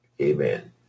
amen